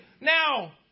Now